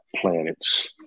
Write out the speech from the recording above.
planets